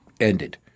Ended